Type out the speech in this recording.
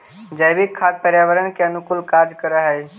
जैविक खाद पर्यावरण के अनुकूल कार्य कर हई